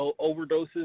overdoses